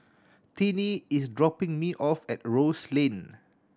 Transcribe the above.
Tiney is dropping me off at Rose Lane